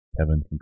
Kevin